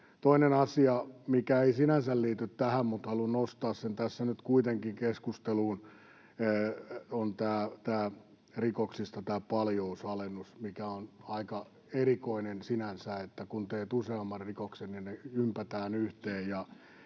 Toinen asia, mikä ei sinänsä liity tähän mutta minkä haluan nostaa tässä nyt kuitenkin keskusteluun, on tämä paljousalennus rikoksista, mikä on aika erikoinen sinänsä, että kun teet useamman rikoksen, niin ne ympätään yhteen.